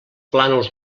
plànols